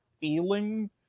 feeling